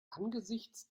angesichts